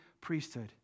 priesthood